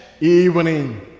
evening